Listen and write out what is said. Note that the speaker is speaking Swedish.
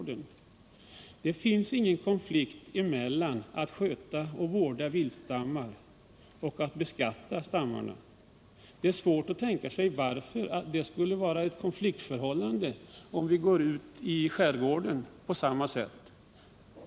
Det finns ingen konflikt mellan att sköta och vårda viltstammar och att beskatta stammarna. Det är svårt att tänka sig varför det skulle vara ett konfliktförhållande om vi går ut i skärgården och bedriver det hela på samma sätt.